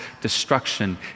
destruction